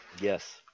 Yes